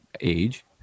age